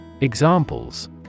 Examples